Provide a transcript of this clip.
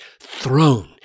throne